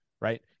Right